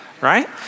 right